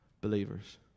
believers